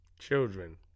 Children